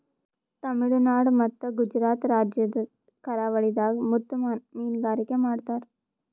ತಮಿಳುನಾಡ್ ಮತ್ತ್ ಗುಜರಾತ್ ರಾಜ್ಯದ್ ಕರಾವಳಿದಾಗ್ ಮುತ್ತ್ ಮೀನ್ಗಾರಿಕೆ ಮಾಡ್ತರ್